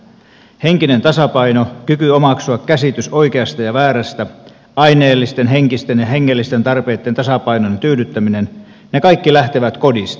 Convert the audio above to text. henkinen tasapaino kyky omaksua käsitys oikeasta ja väärästä aineellisten henkisten ja hengellisten tarpeitten tasapainon tyydyttäminen ne kaikki lähtevät kodista